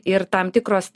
ir tam tikros